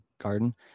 garden